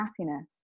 happiness